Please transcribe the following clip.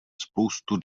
spoustu